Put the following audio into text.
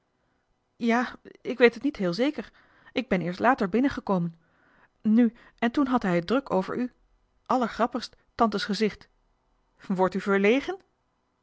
ja ik weet het niet heel zeker ik ben eerst later binnengekomen nu en toen had hij het druk over u allergrappigst tante's gezicht wordt u verlegen